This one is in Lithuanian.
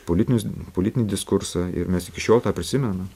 politinius politinį diskursą ir mes iki šiol tą prisimenam